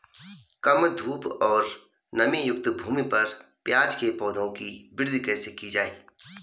कम धूप और नमीयुक्त भूमि पर प्याज़ के पौधों की वृद्धि कैसे की जाए?